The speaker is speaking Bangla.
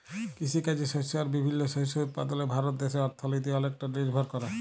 কিসিকাজে শস্য আর বিভিল্ল্য শস্য উৎপাদলে ভারত দ্যাশের অথ্থলিতি অলেকট লিরভর ক্যরে